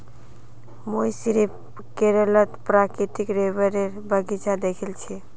मुई सिर्फ केरलत प्राकृतिक रबरेर बगीचा दखिल छि